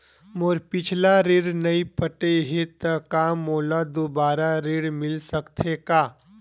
मोर पिछला ऋण नइ पटे हे त का मोला दुबारा ऋण मिल सकथे का?